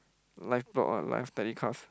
live blog ah live telecast